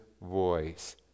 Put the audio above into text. voice